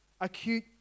acute